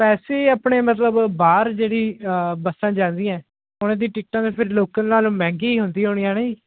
ਪੈਸੇ ਆਪਣੇ ਮਤਲਬ ਬਾਹਰ ਜਿਹੜੀ ਬੱਸਾਂ ਜਾਂਦੀਆਂ ਉਹਨਾਂ ਦੀ ਟਿਕਟਾਂ ਤਾਂ ਫੇਰ ਲੋਕਲ ਨਾਲੋਂ ਮਹਿੰਗੀਆਂ ਹੀ ਹੁੰਦੀਆਂ ਹੋਣੀਆਂ ਹੈ ਨਾ ਜੀ